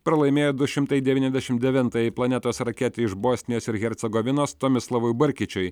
pralaimėjo du šimtai devyniasdešimt devintajai planetos raketei iš bosnijos ir hercogovinos tomislavui barkičai